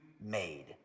made